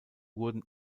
wurden